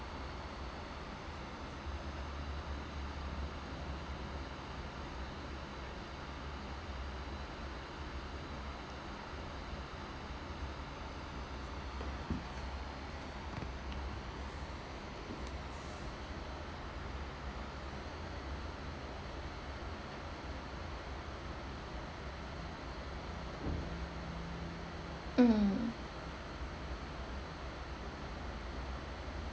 mm